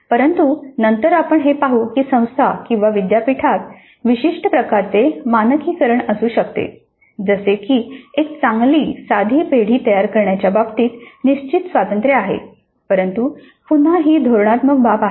परंतु नंतर आपण हे पाहू की संस्था किंवा विद्यापीठात विशिष्ट प्रकारचे मानकीकरण असू शकते जसे की एक चांगली साधं पेढी तयार करण्याच्या बाबतीत निश्चित स्वातंत्र्य आहे परंतु पुन्हा ही धोरणात्मक बाब आहे